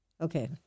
Okay